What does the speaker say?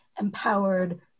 empowered